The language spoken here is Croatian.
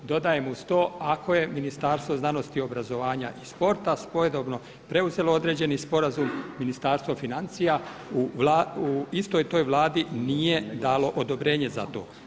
Dodajem uz to ako je Ministarstvo znanosti, obrazovanja i sporta svojedobno preuzelo određeni sporazum Ministarstvo financija u istoj toj Vladi nije dalo odobrenje za to.